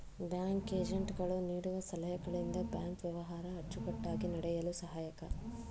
bank agent ಗಳು ನೀಡುವ ಸಲಹೆಗಳಿಂದ ಬ್ಯಾಂಕ್ ವ್ಯವಹಾರ ಅಚ್ಚುಕಟ್ಟಾಗಿ ನಡೆಯಲು ಸಹಾಯಕ